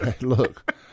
Look